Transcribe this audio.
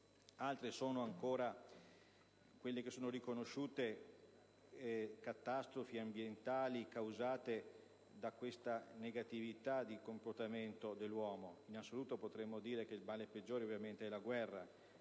Altre sono riconosciute come catastrofi ambientali causate da questa negatività di comportamento dell'uomo. In assoluto, potremmo dire che il male peggiore ovviamente è la guerra.